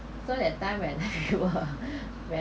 so that time when you are when